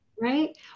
right